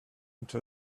into